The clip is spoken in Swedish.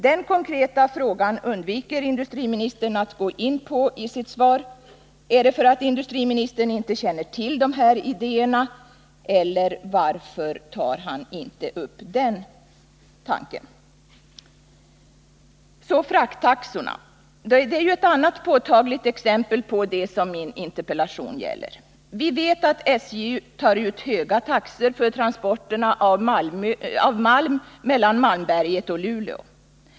Den konkreta frågan undviker industriministern att gå in på i sitt svar. Är det därför att industriministern inte känner till de här idéerna? Om inte, varför tar industriministern inte upp denna tanke? Så till frakttaxorna. Detta är ett annat påtagligt exempel på det som min interpellation gäller. Vi vet att SJ tar ut höga taxor för transporterna av malm mellan Malmberget och Luleå.